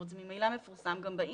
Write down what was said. זאת אומרת, זה ממילא מפורסם גם באינטרנט